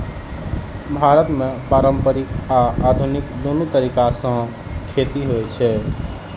भारत मे पारंपरिक आ आधुनिक, दुनू तरीका सं खेती होइ छै